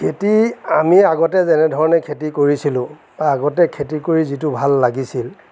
খেতি আমি আগতে যেনেধৰণে খেতি কৰিছিলোঁ বা আগতে খেতি কৰি যিটো ভাল লাগিছিল